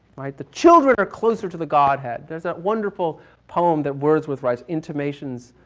right. the children are closer to the god had. there's that wonderful poem that words with rise, intimations,